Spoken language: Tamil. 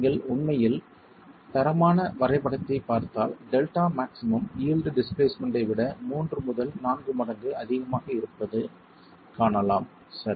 நீங்கள் உண்மையில் தரமான வரைபடத்தைப் பார்த்தால் டெல்டா மாக்ஸிமம் யீல்டு டிஸ்பிளேஸ்மென்ட் ஐ விட 3 முதல் 4 மடங்கு அதிகமாக இருப்பதைக் காணலாம் சரி